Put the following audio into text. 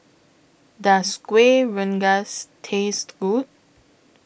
Does Kuih Rengas Taste Good